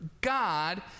God